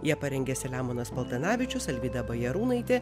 ją parengė selemonas paltanavičius alvyda bajarūnaitė